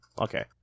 Okay